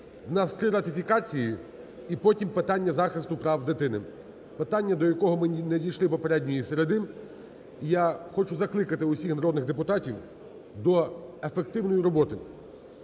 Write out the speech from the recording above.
В нас три ратифікації і потім питання захисту прав дитини, питання, до якого ми не дійшли попередньої середи. І я хочу закликати усіх народних депутатів до ефективної роботи,